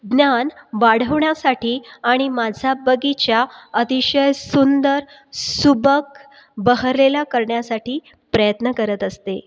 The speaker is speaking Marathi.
ज्ञान वाढवण्यासाठी आणि माझा बगीचा अतिशय सुंदर सुबक बहरलेला करण्यासाठी प्रयत्न करत असते